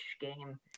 game